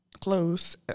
close